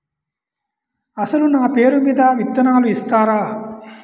అసలు నా పేరు మీద విత్తనాలు ఇస్తారా?